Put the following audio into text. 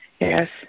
Yes